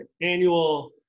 annual